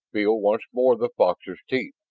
feel once more the fox's teeth!